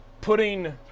putting